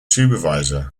supervisor